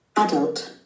Adult